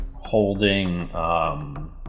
holding